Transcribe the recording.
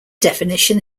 definition